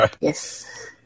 Yes